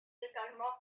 également